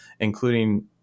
including